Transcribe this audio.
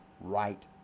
right